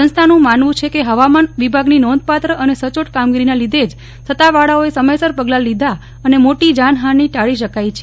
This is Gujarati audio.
સંસ્થાનું માનવું છે કે હવામાન વિભાગની નોંધપાત્ર અને સચોટ કામગીરીના લીધે જ સત્તાવાળાઓએ સમયસર પગલાં લીધા અને મોટી જાનહાની ટાળી શકાઇ છે